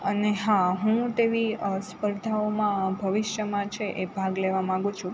અને હા હું તેવી સ્પર્ધાઓમાં ભવિષ્યમાં છે એમાં ભાગ લેવા માંગુ છું